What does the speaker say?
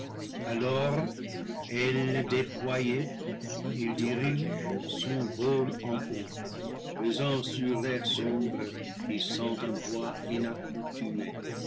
alors ailes déployées il dirige son vol en haut pesant sur l'air sombre qui sent un poids